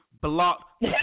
blocked